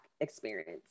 experience